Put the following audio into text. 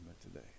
today